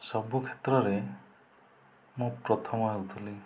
ସବୁ କ୍ଷେତ୍ରରେ ମୁଁ ପ୍ରଥମ ହେଉଥିଲି